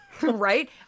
Right